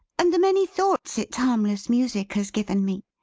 and the many thoughts its harmless music has given me.